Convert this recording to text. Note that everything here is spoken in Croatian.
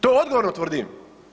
To odgovorno tvrdim.